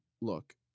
look